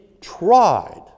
tried